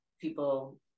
people